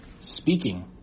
Speaking